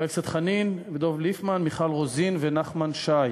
דב חנין, דב ליפמן, מיכל רוזין ונחמן שי.